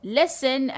listen